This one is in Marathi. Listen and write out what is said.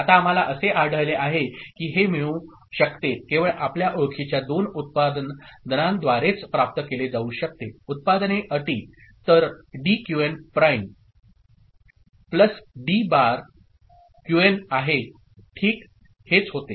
आता आम्हाला असे आढळले आहे की हे मिळू शकते केवळ आपल्या ओळखीच्या दोन उत्पादनांद्वारेच प्राप्त केले जाऊ शकते उत्पादने अटी तर D QN prime plus D bar QN आहे ठीक हेच होते